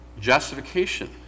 justification